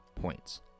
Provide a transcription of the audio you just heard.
Points